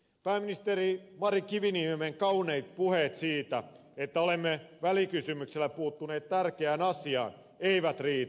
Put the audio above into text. pääministeri mari kiviniemen kauniit puheet siitä että olemme välikysymyksellä puuttuneet tärkeään asiaan eivät riitä